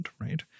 right